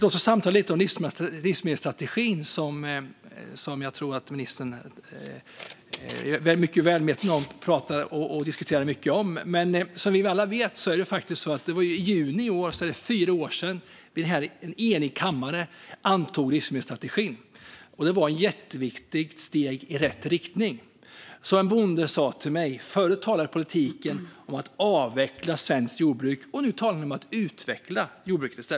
Låt oss samtala lite om livsmedelsstrategin, som jag tror att ministern diskuterar mycket. I juni i år är det fyra år sedan en enig kammare antog livsmedelsstrategin, och det var ett mycket viktigt steg i rätt riktning. En bonde har sagt till mig att politiken förut talade om att avveckla svenskt jordbruk, och nu talar politiken om att utveckla jordbruket.